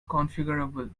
configurable